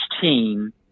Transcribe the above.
team